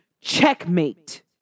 checkmate